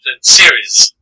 series